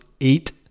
eight